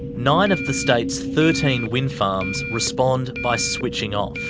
nine of the state's thirteen wind farms respond by switching off.